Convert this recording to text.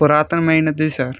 పురాతనమైనది సర్